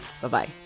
Bye-bye